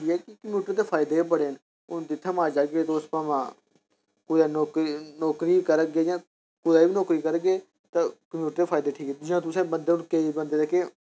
computer दे फायदे बी बड़े न हुन जित्थै माए जाह्गे तुस भामें कुतै नौकरी नौकरी बी करगे जि'यां कुतै बी नौकरी करगे तां कंप्यूटर दे फायदे बड़े न जि'यां तुसें मतलब केईं बंदे जेह्के